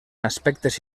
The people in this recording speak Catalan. aspectes